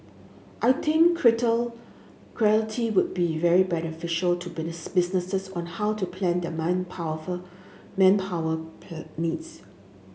I think greater clarity would be very beneficial to businesses on how to plan their man powerful manpower needs